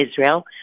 Israel